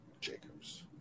Jacobs